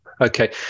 okay